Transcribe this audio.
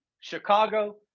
Chicago